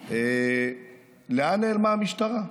לאן נעלמה המשטרה,